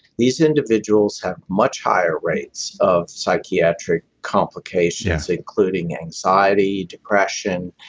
these individuals have much higher rates of psychiatric complications, including anxiety, depression.